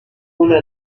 una